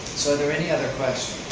so are there any other questions